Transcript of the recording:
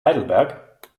heidelberg